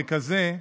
ככזה,